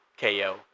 KO